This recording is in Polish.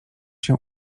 się